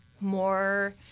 more